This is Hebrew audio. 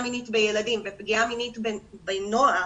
מינית בילדים ופגיעה מינית בנוער,